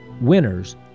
winners